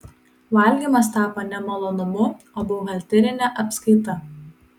valgymas tapo ne malonumu o buhalterine apskaita